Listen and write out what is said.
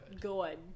good